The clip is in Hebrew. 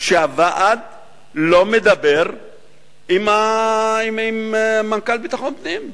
שהוועד לא מדבר עם מנכ"ל המשרד לביטחון פנים.